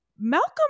Malcolm